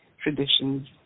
traditions